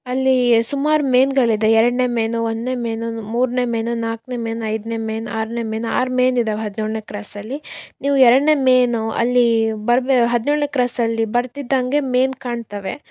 ಅಲ್ಲಿ ಸುಮಾರು ಮೇನ್ಗಳಿದೆ ಎರಡನೇ ಮೇನು ಒಂದನೇ ಮೇನು ಮು ಮೂರನೇ ಮೇನು ನಾಲ್ಕನೇ ಮೇನ್ ಐದನೇ ಮೇನ್ ಆರನೇ ಮೇನ್ ಆರು ಮೇನ್ ಇದಾವೆ ಹದಿನೇಳನೇ ಕ್ರಾಸಲ್ಲಿ ನೀವು ಎರಡನೇ ಮೇನು ಅಲ್ಲಿ ಬರ್ಬೇ ಹದಿನೇಳನೇ ಕ್ರಾಸಲ್ಲಿ ಬರ್ತಿದ್ದಂಗೆ ಮೇನ್ ಕಾಣ್ತವೆ